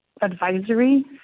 advisory